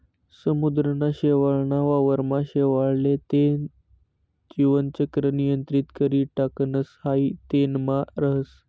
समुद्रना शेवाळ ना वावर मा शेवाळ ले तेन जीवन चक्र नियंत्रित करी टाकणस हाई तेनमा राहस